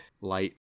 light